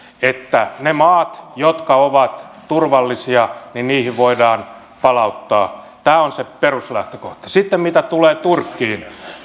että niihin maihin jotka ovat turvallisia voidaan palauttaa tämä on se peruslähtökohta sitten mitä tulee turkkiin